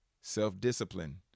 self-discipline